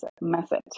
method